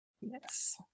Yes